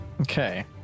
Okay